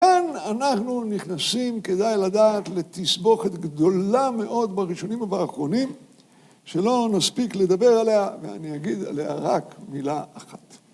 כאן אנחנו נכנסים כדאי לדעת לתסבוכת גדולה מאוד בראשונים ובאחרונים שלא נספיק לדבר עליה ואני אגיד עליה רק מילה אחת.